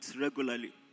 regularly